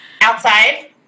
Outside